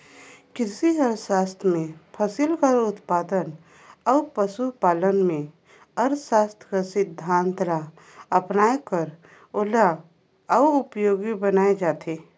किरसी अर्थसास्त्र में फसिल कर उत्पादन अउ पसु पालन में अर्थसास्त्र कर सिद्धांत ल अपनाए कर ओला अउ उपयोगी बनाए जाथे